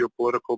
geopolitical